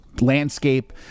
landscape